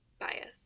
Bias